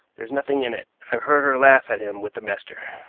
there's nothing in it. i've heard her laugh at him with the master.